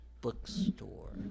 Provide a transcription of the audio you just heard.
bookstore